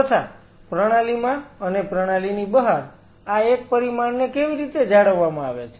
તથા પ્રણાલીમાં અને પ્રણાલીની બહાર આ એક પરિમાણને કેવી રીતે જાળવવામાં આવે છે